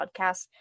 podcast